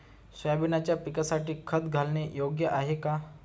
सोयाबीनच्या पिकासाठी खत घालणे योग्य आहे का?